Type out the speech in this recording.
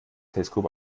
teleskop